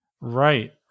Right